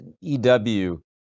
EW